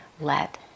let